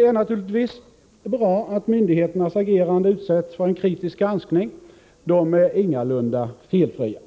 är naturligtvis bra att myndigheternas agerande utsätts för en kritisk granskning — de är ingalunda felfria.